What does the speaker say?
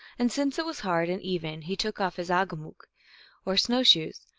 and since it was hard and even, he took off his agahmook or snow-shoes,